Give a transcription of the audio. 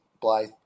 Blythe